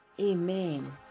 Amen